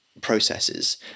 processes